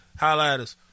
Highlighters